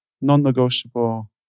Non-negotiable